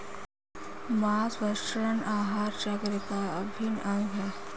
माँसभक्षण आहार चक्र का अभिन्न अंग है